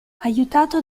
aiutato